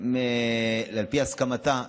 על פי הסכמתה,